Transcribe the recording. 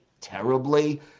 terribly